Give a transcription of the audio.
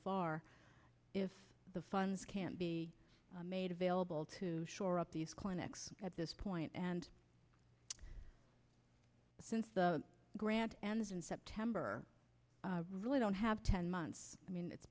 far if the funds can be made available to shore up these clinics at this point and since the grant ends in september really don't have ten months i mean it's